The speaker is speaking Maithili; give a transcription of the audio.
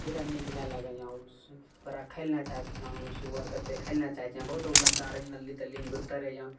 कनिओटा नीक नहि आबैए रखैलए नहि चाहै छिए सुअरके देखैलए नहि चाहै छिए बहुत ओ गन्दा नाली तालीमे घुमिते रहै छै